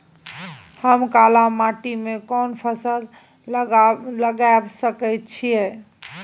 हम काला माटी में कोन फसल लगाबै सकेत छी?